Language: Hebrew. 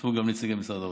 השתתפו גם נציגי משרד האוצר.